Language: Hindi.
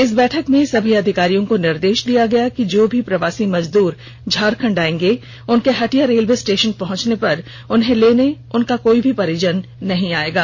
इस बैठक में सभी अधिकारियों को यह निर्देश दिया गया कि जो भी प्रवासी मजदूर झारखण्ड आएंगे उनके हटिया रेलवे स्टेशन पहुंचने पर उन्हें लेने कोई भी परिजन नहीं आएंगे